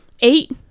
eight